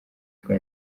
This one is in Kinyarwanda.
rwa